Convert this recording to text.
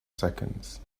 seconds